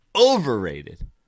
overrated